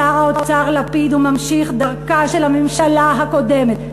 שר האוצר לפיד הוא ממשיך דרכה של הממשלה הקודמת.